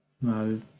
No